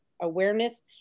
awareness